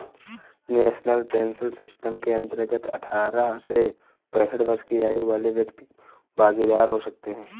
national pension system के अंतर्गत अठारह से पैंसठ वर्ष की आयु वाले व्यक्ति भागीदार हो सकते हैं